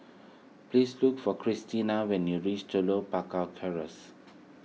please look for Christiana when you reach Telok Paka